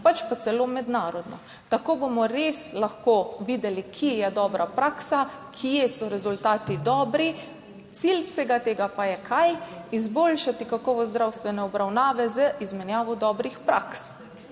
pač pa celo mednarodno. Tako bomo res lahko videli, kje je dobra praksa, kje so rezultati dobri, cilj vsega tega pa je kaj, izboljšati kakovost zdravstvene obravnave z izmenjavo dobrih praks.